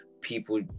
people